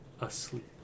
asleep